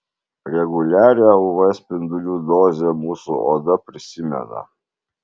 reguliarią uv spindulių dozę mūsų oda prisimena